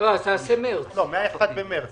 נעשה מ-1 במרס,